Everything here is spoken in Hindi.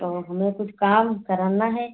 तो हमें कुछ काम कराना है